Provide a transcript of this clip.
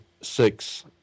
six